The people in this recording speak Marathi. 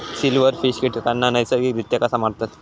सिल्व्हरफिश कीटकांना नैसर्गिकरित्या कसा मारतत?